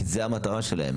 כי זו המטרה שלהם.